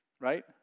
right